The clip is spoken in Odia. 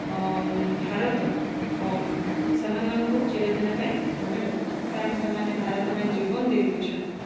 ଭାରତ ସେମାନଙ୍କୁ ଚିରଦିନ ପାଇଁ ମନେରଖିଛି କାରଣ ସେମାନେ ଭାରତ ପାଇଁ ଜୀବନ ଦେଇ ଦେଇଛନ୍ତି